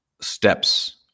steps